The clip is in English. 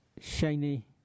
shiny